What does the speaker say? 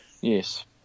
Yes